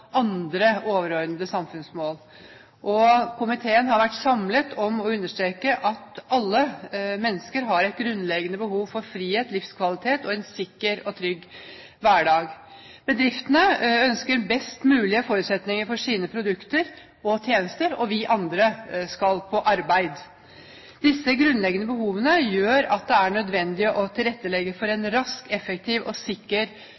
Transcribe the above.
andre overordnede samfunnsmål. Komiteen har vært samlet om å understreke at alle mennesker har et grunnleggende behov for frihet, livskvalitet og en sikker og trygg hverdag. Bedriftene ønsker best mulige forutsetninger for å selge sine produkter og tjenester, og vi andre skal på arbeid. Disse grunnleggende behovene gjør at det er nødvendig å tilrettelegge for en rask, effektiv og sikker